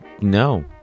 No